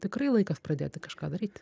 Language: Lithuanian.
tikrai laikas pradėti kažką daryti